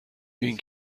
این